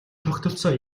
тогтолцоо